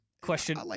Question